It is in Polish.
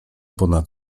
ponad